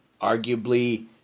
arguably